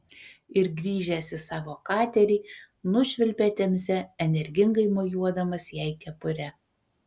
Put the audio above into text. ir grįžęs į savo katerį nušvilpė temze energingai mojuodamas jai kepure